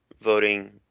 voting